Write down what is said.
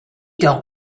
dont